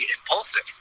impulsive